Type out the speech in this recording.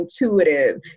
intuitive